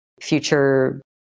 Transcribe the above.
future